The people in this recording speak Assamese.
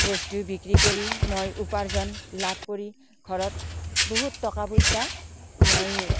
বস্তু বিক্ৰী কৰি মই উপাৰ্জন লাভ কৰি ঘৰত বহুত টকা পইচা মই